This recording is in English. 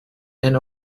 and